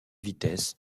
vitesse